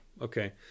okay